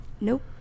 Nope